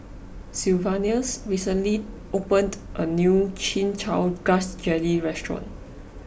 Sylvanus recently opened a new Chin Chow Grass Jelly restaurant